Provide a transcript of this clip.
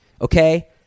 okay